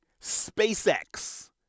SpaceX